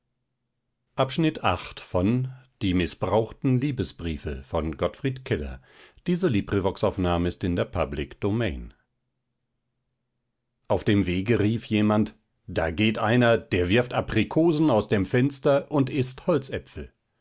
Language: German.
kenner geraten auf dem wege rief jemand da geht einer der wirft aprikosen aus dem fenster und ißt